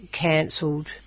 cancelled